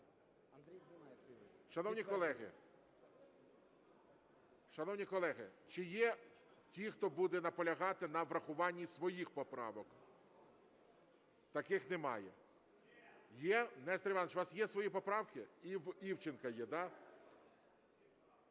ласка. Шановні колеги… Шановні колеги, чи є ті, хто буде наполягати на врахуванні своїх поправок? Таких немає. Є? Нестор Іванович, у вас є свої поправки? І в Івченка є? Так.